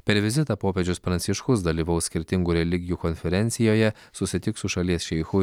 per vizitą popiežius pranciškus dalyvaus skirtingų religijų konferencijoje susitiks su šalies šeichu